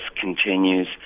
continues